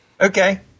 Okay